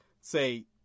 say